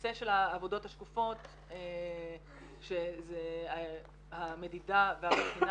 נושא של העבודות השקופות שזה המדידה והבחינה